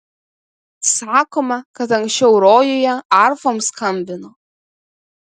sakoma kad anksčiau rojuje arfom skambino